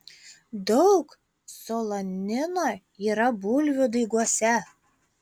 daug solanino yra bulvių daiguose